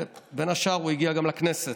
ובין השאר הוא הגיע גם לכנסת,